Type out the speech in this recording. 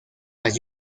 las